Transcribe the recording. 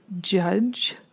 judge